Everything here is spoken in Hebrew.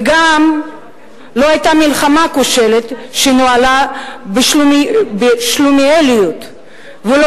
וגם לא היתה מלחמה כושלת שנוהלה בשלומיאליות ולא